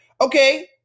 okay